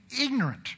ignorant